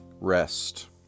rest